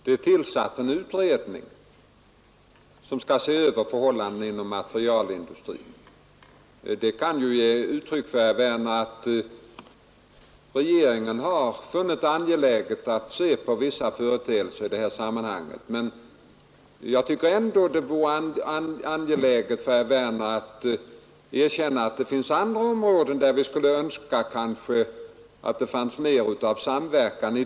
Herr talman! Jag har visat på att det har tillsatts en utredning, som skall se över förhållandena inom byggmaterialindustrin. Det kan ju, herr Werner i Tyresö, vara ett uttryck för att regeringen har funnit det angeläget att se på vissa företeelser i detta sammanhang. Men jag tycker ändå att det vore angeläget för herr Werner att erkänna att det finns andra områden, där vi kanske skulle önska att det i dag fanns mer av samverkan.